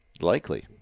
likely